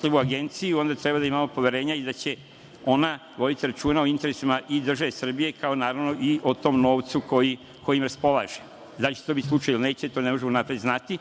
tu agenciju, onda treba da imamo i poverenja da će ona voditi računa o interesima države Srbije, kao naravno i o tom novcu kojim raspolaže. Da li će to biti slučaj ili neće, to ne možemo unapred znati.